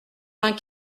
vingt